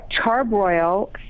charbroil